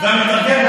והמתרגם,